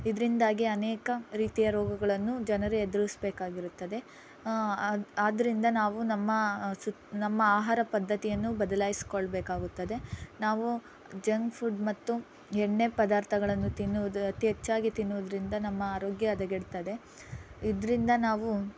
ಇದರಿಂದಾಗಿ ಅನೇಕ ರೀತಿಯ ರೋಗಗಳನ್ನು ಜನರು ಎದುರಿಸಬೇಕಾಗಿರುತ್ತದೆ ಆದ್ದರಿಂದ ನಾವು ನಮ್ಮ ಸುತ್ತ್ ನಮ್ಮ ಆಹಾರ ಪದ್ದತಿಯನ್ನು ಬದ್ಲಾಯಿಸ್ಕೊಳ್ಬೇಕಾಗುತ್ತದೆ ನಾವು ಜಂಕ್ ಫುಡ್ ಮತ್ತು ಎಣ್ಣೆ ಪದಾರ್ಥಗಳನ್ನು ತಿನ್ನುವುದು ಅತಿ ಹೆಚ್ಚಾಗಿ ತಿನ್ನುವುದರಿಂದ ನಮ್ಮ ಆರೋಗ್ಯ ಹದಗೆಡ್ತದೆ ಇದರಿಂದ ನಾವು